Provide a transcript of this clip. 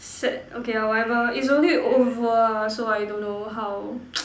sad okay lor whatever it's only over ah so I don't know how